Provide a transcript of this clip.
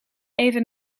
even